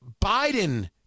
Biden